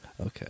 Okay